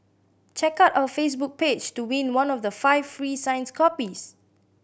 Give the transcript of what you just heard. check out our Facebook page to win one of the five free signs copies